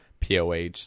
POH